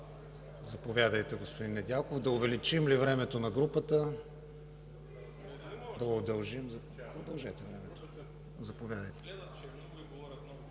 Заповядайте, господин Недялков. Да увеличим ли времето на групата? Удължете времето. Заповядайте.